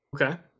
Okay